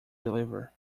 deliver